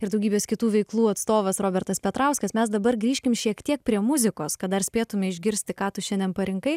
ir daugybės kitų veiklų atstovas robertas petrauskas mes dabar grįžkim šiek tiek prie muzikos kad dar spėtume išgirsti ką tu šiandien parinkai